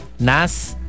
Nas